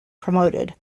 promoted